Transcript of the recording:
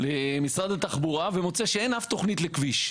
למשרד התחבורה ומוצא שאין אף תוכנית לכביש.